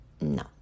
no